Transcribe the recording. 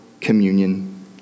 communion